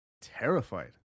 terrified